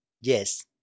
Yes